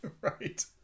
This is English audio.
Right